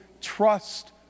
trust